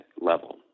level